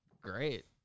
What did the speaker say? Great